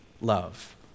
love